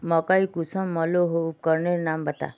मकई कुंसम मलोहो उपकरनेर नाम बता?